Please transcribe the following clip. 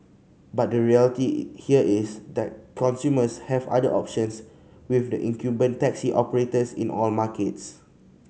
but the reality here is that consumers have other options with the incumbent taxi operators in all markets